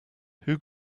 who